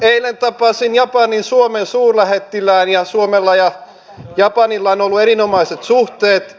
eilen tapasin japanin suomen suurlähettilään ja suomella ja japanilla on ollut erinomaiset suhteet